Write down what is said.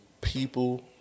people